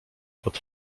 pod